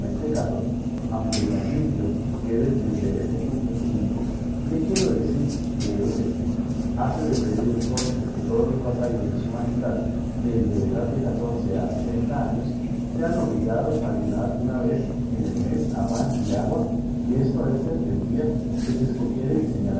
aunque mi arbitrio quede desde este punto público le quiero decir que es éste hase de pedir en cortes que todos los vasallos de su majestad desde edad de catorce a sesenta años sean obligados a ayunar una vez en el mes a pan y agua y esto ha de ser el día que se escogiere y